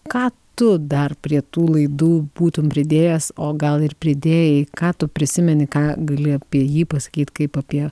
ką tu dar prie tų laidų būtum pridėjęs o gal ir pridėjai ką tu prisimeni ką gali apie jį pasakyt kaip apie